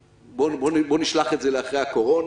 בואו נשלח את זה לזמן שאחרי הקורונה.